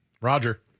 Roger